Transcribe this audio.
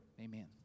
Amen